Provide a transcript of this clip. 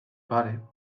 pare